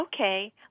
okay